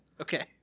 Okay